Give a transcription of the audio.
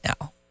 now